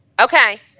Okay